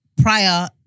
prior